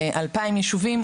ל-2,000 ישובים,